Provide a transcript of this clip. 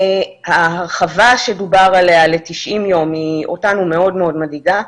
ההרחבה שדובר עליה ל-90 יום אותנו היא מאוד מאוד מדאיגה,